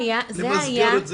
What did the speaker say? למסגר.